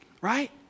right